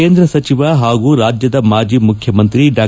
ಕೇಂದ್ರ ಸಚಿವ ಹಾಗೂ ರಾಜ್ಯದ ಮಾಜಿ ಮುಖ್ಯಮಂತ್ರಿ ಡಾ